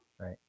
right